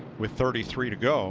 with thirty three to go